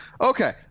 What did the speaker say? okay